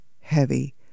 heavy